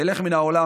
תלך מן העולם.